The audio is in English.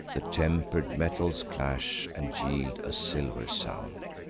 the temper'd metals clash, and yield a silver sound.